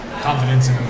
Confidence